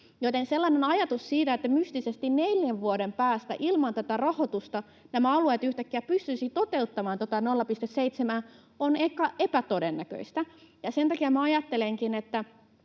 Joten sellainen ajatus, että mystisesti neljän vuoden päästä ilman tätä rahoitusta alueet yhtäkkiä pystyisivätkin toteuttamaan tuota 0,7:ää, on epätodennäköinen. Sen takia ajattelenkin,